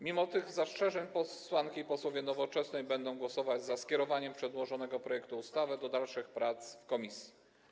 Mimo tych zastrzeżeń posłanki i posłowie Nowoczesnej będą głosować za skierowaniem przedłożonego projektu ustawy do dalszych prac w komisji.